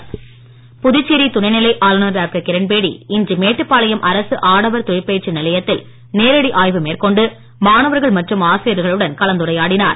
கிரன்பேடி புதுச்சேரி துணை நிலை ஆளுநர் டாக்டர் கிரண்பேடி இன்று மேட்டுப்பாளையம் அரசு ஆடவர் தொழிற்பயிற்சி நிலையத்தில் நேரடி மேற்கொண்டு மாணவர்கள் மற்றும் ஆசிரியர்களுடன் ஆய்வ கலந்துரையாடினார்